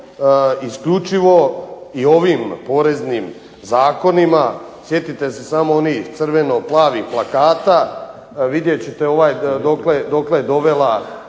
isključivo i ovim poreznim zakonima, sjetite se samo onih crveno plavih plakata, vidjet ćete dokle je dovela